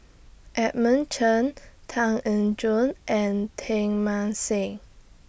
Edmund Chen Tan Eng Joo and Teng Mah Seng